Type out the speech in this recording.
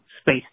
space